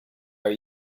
are